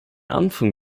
anfang